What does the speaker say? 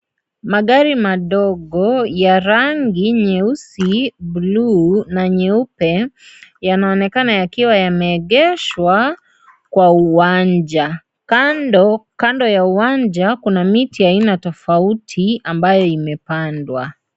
Magari madogo ya rangi nyeusi, bluu, nyeupe yanaonekana yakiwa yameengesha kwa uwanja. Kando ya uwanja kuna miti ya aina tofauti ambayo imepandwa.